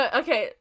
okay